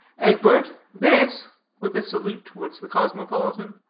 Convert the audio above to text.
egbert, this, with a salute towards the cosmopolitan,